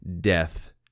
death